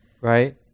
right